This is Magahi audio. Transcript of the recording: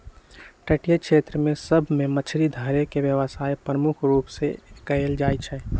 तटीय क्षेत्र सभ में मछरी धरे के व्यवसाय प्रमुख रूप से कएल जाइ छइ